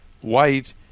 white